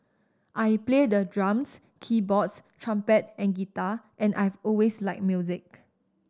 I play the drums keyboards trumpet and guitar and I've always liked music